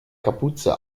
kapuze